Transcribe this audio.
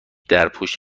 درپوش